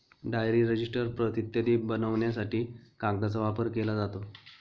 diary, register, प्रत इत्यादी बनवण्यासाठी कागदाचा वापर केला जातो